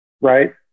right